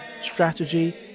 strategy